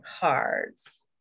cards